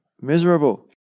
miserable